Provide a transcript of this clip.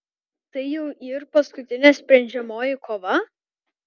tai jau yr paskutinė sprendžiamoji kova